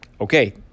Okay